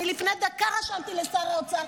לפני דקה רשמתי לשר האוצר,